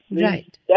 Right